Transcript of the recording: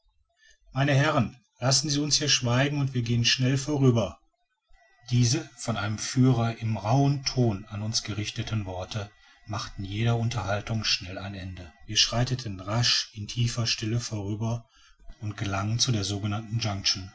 meine herren lassen sie uns hier schweigen und gehen wir schnell vorüber diese von einem der führer in rauhem ton an uns gerichteten worte machten jeder unterhaltung schnell ein ende wir schreiten rasch in tiefer stille vorüber und gelangen zu der sogenannten